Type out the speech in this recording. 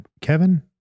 Kevin